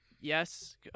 yes